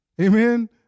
Amen